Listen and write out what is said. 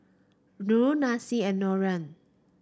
Lura Nanci and Lorenz